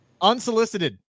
Unsolicited